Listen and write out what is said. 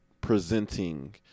presenting